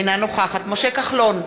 אינה נוכחת משה כחלון,